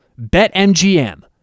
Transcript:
BetMGM